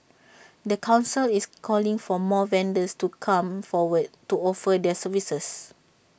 the Council is calling for more vendors to come forward to offer their services